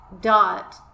dot